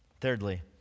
Thirdly